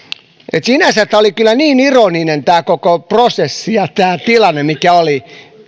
eli sinänsä oli kyllä niin ironinen tämä koko prosessi ja tämä tilanne mikä oli